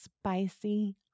spicy